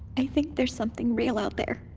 i think there's something real out there.